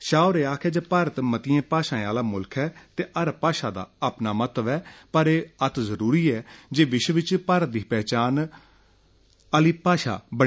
शाह होरें आक्खेआ जे भारत मतियें भाषाएं आह्ला मुल्ख ऐ ते हर भाषा दा अपना महत्व ऐ पर एह् बड़ा जरूरी ऐ विश्व च भारत दी पहचान आह्ली भाषा बने